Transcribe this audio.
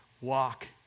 walk